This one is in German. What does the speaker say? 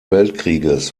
weltkrieges